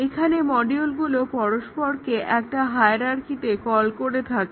এখানে মডিউলগুলো পরস্পরকে একটা হায়ারার্কিতে কল করে থাকে